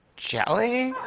jelly?